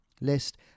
list